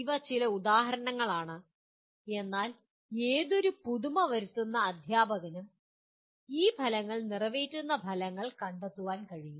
ഇവ ചില ഉദാഹരണങ്ങളാണ് എന്നാൽ പുതുമ വരുത്തുന്ന ഏതൊരു അധ്യാപകനും ഈ ഫലങ്ങൾ നിറവേറ്റുന്ന പ്രവർത്തനങ്ങൾ കണ്ടെത്താൻ കഴിയും